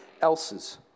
else's